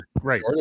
right